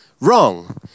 Wrong